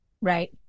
Right